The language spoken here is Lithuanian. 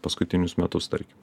paskutinius metus tarkim